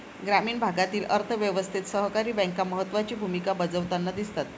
ग्रामीण भागातील अर्थ व्यवस्थेत सहकारी बँका महत्त्वाची भूमिका बजावताना दिसतात